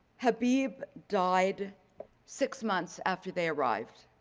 habeeb died six months after they arrived.